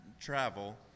travel